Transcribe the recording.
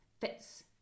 fits